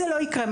זה לא יקרה,